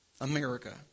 America